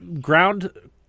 ground